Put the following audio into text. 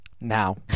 now